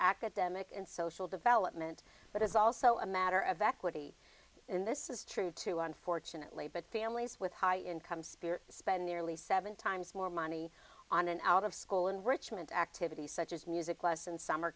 academic and social development but it's also a matter of equity and this is true too unfortunately but families with high incomes speer spend nearly seven times more money on an out of school in richmond activities such as music less and summer